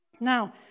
Now